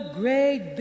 great